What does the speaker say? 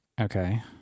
Okay